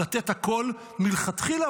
לתת הכול מלכתחילה,